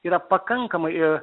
yra pakankamai